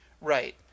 Right